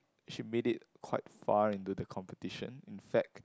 she made it quite far into the competition in fact